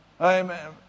Amen